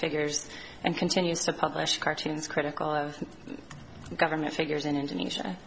figures and continues to publish cartoons critical of government figures in indonesia